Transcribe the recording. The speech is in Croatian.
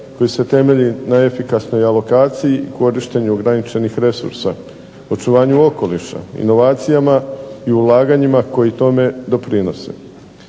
koji se temelji na efikasnoj alokaciji i korištenju ograničenih resursa, očuvanju okoliša, inovacijama, ulaganjima koji tome doprinose.